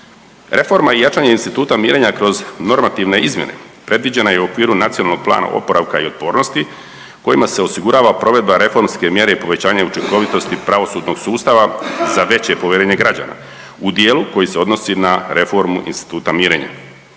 Reforma i jačanje instituta mirenja kroz normativne izmjene predviđena je u okviru Nacionalnog plana oporavka i otpornosti kojima se osigurava provedba reformske mjere povećanje učinkovitosti pravosudnog sustava za veće povjerenje građana. U dijelu koji se odnosi na reformu instituta mirenja.